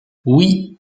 oui